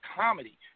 comedy